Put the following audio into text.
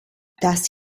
das